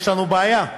יש לנו בעיה: